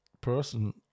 person